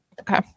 Okay